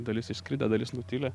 dalis išskridę dalis nutilę